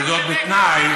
וזאת בתנאי,